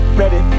ready